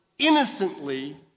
innocently